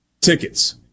tickets